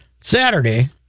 Saturday